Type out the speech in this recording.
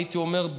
הייתי אומר,